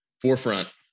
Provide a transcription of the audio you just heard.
forefront